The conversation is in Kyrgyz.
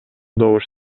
добуш